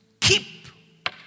keep